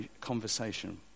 conversation